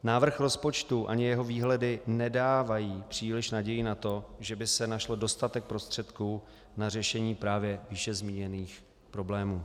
Návrh rozpočtu ani jeho výhledy nedávají příliš naději na to, že by se našel dostatek prostředků na řešení právě výše zmíněných problémů.